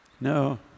no